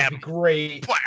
Great